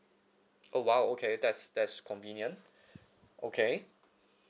oh !wow! okay that's that's convenient okay